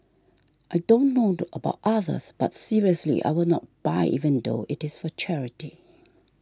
I don't know about others but seriously I will not buy even though it is for charity